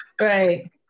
right